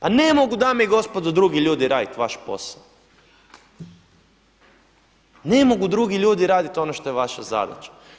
Pa ne mogu dame i gospodo drugi ljudi raditi vaš posao, ne mogu drugi ljudi raditi ono što je vaša zadaća.